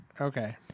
Okay